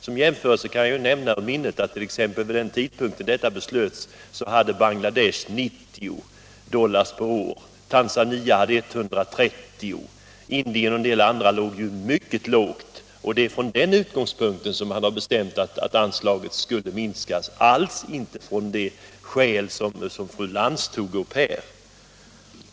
Som jämförelse kan jag nämna ur minnet att vid den tidpunkt då detta beslöts var inkomsten i Bangladesh 90 dollar per capita och i Tanzania 130 dollar. Indien och en del andra länder låg mycket lågt. Det var från den utgångspunkten man bestämde att anslagen skulle minskas, alltså inte alls av det skäl som fru Lantz tog upp.